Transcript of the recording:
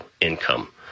income